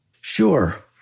Sure